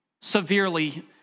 severely